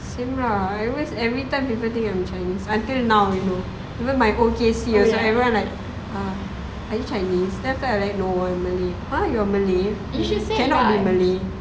same lah I always everytime people thing I'm chinese until now you know even my O_K_C also everyone um like are you chinese then after that I like no I malay !huh! you're malay cannot be malay